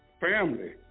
family